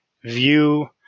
view